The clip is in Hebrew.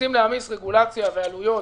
כשרוצים להעמיס רגולציה ועלויות,